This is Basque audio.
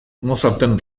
mozarten